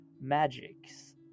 Magics